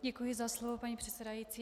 Děkuji za slovo, paní předsedající.